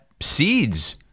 seeds